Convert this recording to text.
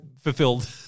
fulfilled